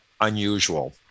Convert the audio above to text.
unusual